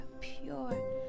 pure